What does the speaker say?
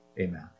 Amen